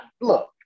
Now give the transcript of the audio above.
Look